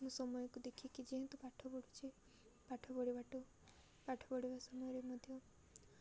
ମୁଁ ସମୟକୁ ଦେଖିକି ଯେହେତୁ ପାଠ ପଢ଼ୁଛିି ପାଠ ପଢ଼ିବାଠୁ ପାଠ ପଢ଼ିବା ସମୟରେ ମଧ୍ୟ